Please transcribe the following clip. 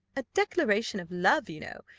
a declaration of love, you know,